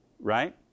Right